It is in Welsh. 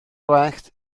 gwallt